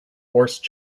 horse